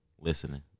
listening